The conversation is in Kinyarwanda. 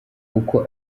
uko